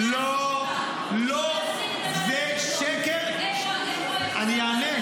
זה שקר --- הוא מעסיק את הבלנית